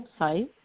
website